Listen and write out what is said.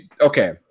okay